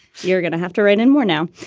you're gonna have to write in more now.